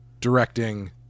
directing